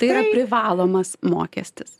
tai yra privalomas mokestis